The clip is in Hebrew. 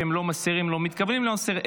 שהם לא מסירים ולא מתכוונים להסיר,